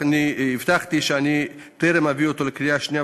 אני רק הבטחתי שלא אביא אותו לקריאה שנייה